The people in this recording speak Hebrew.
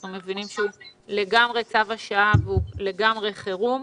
מבינים שהוא לגמרי צו השעה והוא לגמרי חירום.